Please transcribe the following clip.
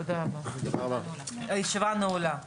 הישיבה נעולה.